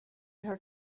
her